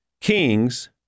kings